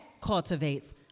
cultivates